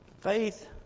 Faith